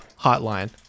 hotline